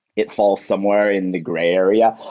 it falls somewhere in the gray area.